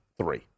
three